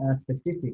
specific